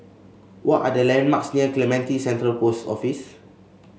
what are the landmarks near Clementi Central Post Office